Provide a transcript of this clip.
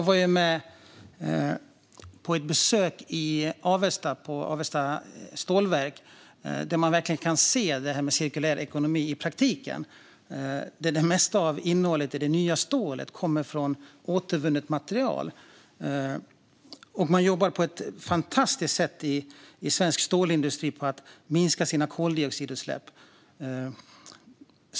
Fru talman! Jag besökte stålverket i Avesta och fick då verkligen se cirkulär ekonomi i praktiken. Det mesta av innehållet i det nya stålet kommer från återvunnet material. Svensk stålindustri jobbar på ett fantastiskt sätt för att minska sina koldioxidutsläpp.